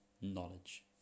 knowledge